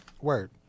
word